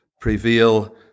prevail